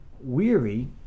Weary